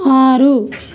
ఆరు